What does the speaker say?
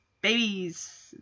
babies